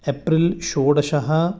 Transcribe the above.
April षोडश